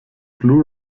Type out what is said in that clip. blu